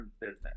business